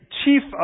chief